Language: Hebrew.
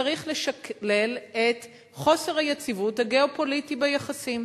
צריך לשקלל את חוסר היציבות הגיאו-פוליטי ביחסים,